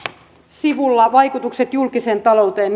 on vaikutukset julkiseen talouteen